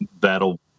that'll